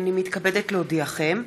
הנני מתכבדת להודיעכם,